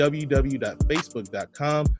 www.facebook.com